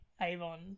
avon